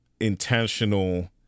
intentional